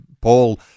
Paul